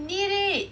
you need it